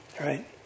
Right